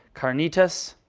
carnitas.